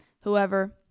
whoever